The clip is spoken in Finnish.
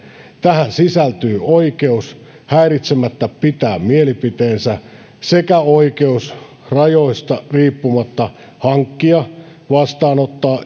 tähän sisältyy oikeus häiritsemättä pitää mielipiteensä sekä oikeus rajoista riippumatta hankkia vastaanottaa